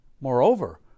Moreover